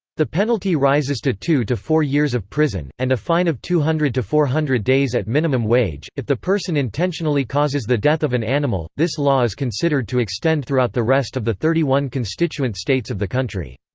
the penalty rises to two to four years of prison, and a fine of two hundred to four hundred days at minimum wage, if the person intentionally causes the death of an animal this law is considered to extend throughout the rest of the thirty one constituent states of the country.